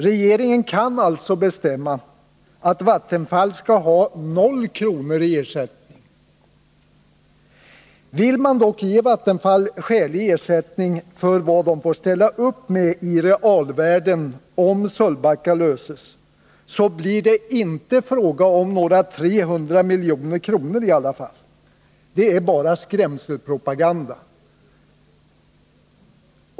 Regeringen kan alltså bestämma att Vattenfall skall ha 0 kr. i ersättning. Vill man dock ge Vattenfall skälig ersättning för vad verket får ställa upp med i realvärden om Sölvbacka bevaras, så blir det i alla fall inte fråga om några 300 milj.kr. — det är bara skrämselpropaganda.